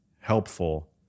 helpful